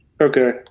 Okay